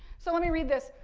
so, let me read this.